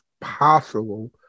possible